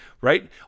right